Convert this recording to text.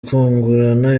kungurana